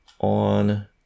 on